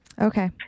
Okay